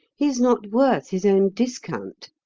he is not worth his own discount.